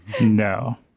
no